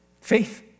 Faith